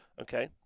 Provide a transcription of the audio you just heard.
okay